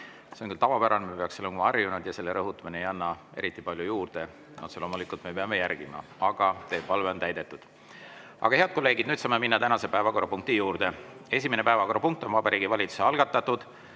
See on küll tavapärane, me peaksime olema sellega harjunud, ja selle rõhutamine ei anna eriti palju juurde. Otse loomulikult me peame [seda tava] järgima. Aga teie palve on täidetud. Head kolleegid! Nüüd saame minna tänaste päevakorrapunktide juurde. Esimene päevakorrapunkt on Vabariigi Valitsuse algatatud